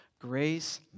grace